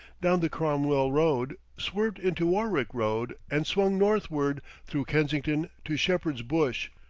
down the cromwell road, swerved into warwick road and swung northward through kensington to shepherd's bush.